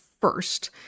first